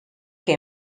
que